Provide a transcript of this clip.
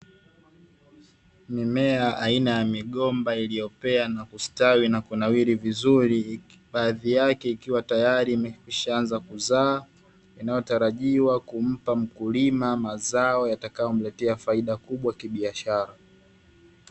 Mimea aina ya migomba iliyopea na kustawi na kunawili vizuri, baadhi yake ikiwa tiyari imekwisha anza kuzaa, inayotarajiwa kumpa mkulima mazao yatakayomletea faida kubwa kibiashara.